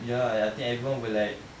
ya I I think everyone will like